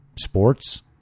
sports